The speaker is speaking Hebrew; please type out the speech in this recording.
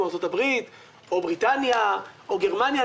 כמו ארצות הברית או בריטניה או גרמניה.